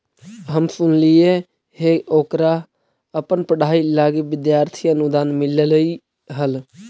हम सुनलिइ हे ओकरा अपन पढ़ाई लागी विद्यार्थी अनुदान मिल्लई हल